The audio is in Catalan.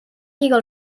lligar